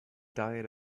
diet